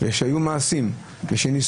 ומעשים ולא